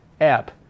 app